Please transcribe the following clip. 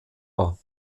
war